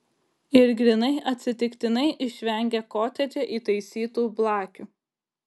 ir grynai atsitiktinai išvengė kotedže įtaisytų blakių